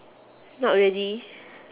not really